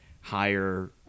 higher